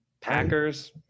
Packers